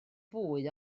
fwy